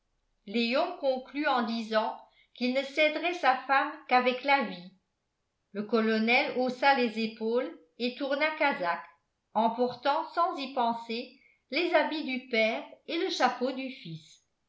léon conclut en disant qu'il ne céderait sa femme qu'avec la vie le colonel haussa les épaules et tourna casaque emportant sans y penser les habits du père et le chapeau du fils